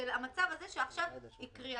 לכן הטענה שלכם, שכאשר מבקשים